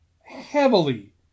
heavily